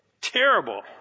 terrible